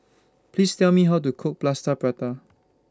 Please Tell Me How to Cook Plaster Prata